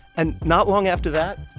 and not long after that.